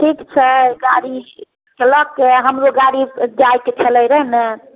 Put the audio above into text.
ठीक छै गाड़ी की की लै के हमरो गाड़ी से जाएके छलै नहि ने